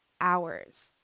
hours